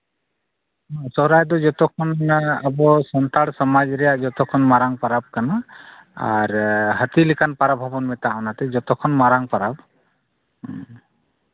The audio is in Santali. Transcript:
ᱥᱚᱦᱚᱨᱟᱭ ᱫᱚ ᱡᱚᱛᱚ ᱠᱷᱚᱱ ᱟᱵᱚ ᱥᱟᱱᱛᱟᱲ ᱥᱚᱢᱟᱡᱽ ᱨᱮᱭᱟᱜ ᱡᱚᱛᱚ ᱠᱷᱚᱱ ᱢᱟᱨᱟᱝ ᱯᱚᱨᱚᱵᱽ ᱠᱟᱱᱟ ᱟᱨ ᱦᱟᱹᱛᱤ ᱞᱮᱠᱟᱱ ᱯᱚᱨᱚᱵᱽ ᱦᱚᱸᱵᱚᱱ ᱢᱮᱛᱟᱜᱼᱟ ᱚᱱᱟᱛᱮ ᱡᱚᱛᱚ ᱠᱷᱚᱱ ᱢᱟᱨᱟᱝ ᱯᱚᱨᱚᱵᱽ ᱦᱮᱸ